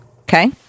Okay